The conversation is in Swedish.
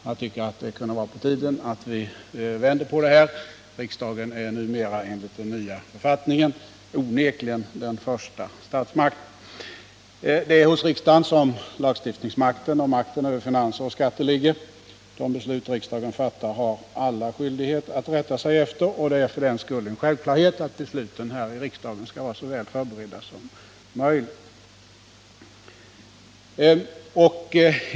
Jag tycker att det är på tiden att vända på det här: riksdagen är enligt den nya författningen onekligen den första statsmakten. Det är hos riksdagen som lagstiftningsmakten och makten över finanser och skatter ligger. Alla har skyldighet att rätta sig efter de beslut som riksdagen fattar, och därför är det självklart att besluten här i riksdagen skall vara så väl förberedda som möjligt.